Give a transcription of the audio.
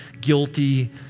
guilty